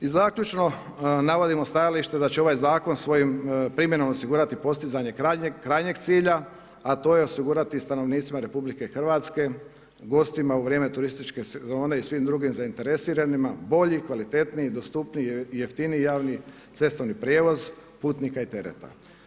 I zaključno, navodimo stajališta da će ovaj zakon svojom primjenom osigurati postizanje krajnjeg cilja a to je osigurati stanovnicima RH, gostima u vrijeme turističke sezone i svim drugim zainteresiranima bolji, kvalitetniji, dostupniji i jeftiniji javni cestovni prijevoz putnika i tereta.